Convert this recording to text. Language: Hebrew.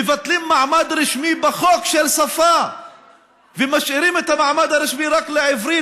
מבטלים מעמד רשמי בחוק של שפה ומשאירים את המעמד הרשמי רק לעברית,